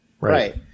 right